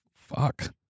Fuck